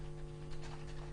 נכון.